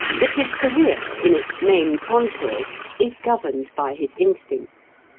that his career in its main contours is governed by his instincts.